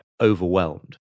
overwhelmed